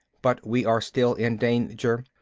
but we are still in danger.